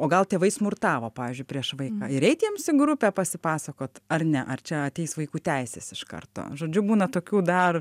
o gal tėvai smurtavo pavyzdžiui prieš vaiką ir eit jiems į grupę pasipasakot ar ne ar čia ateis vaikų teisės iš karto žodžiu būna tokių dar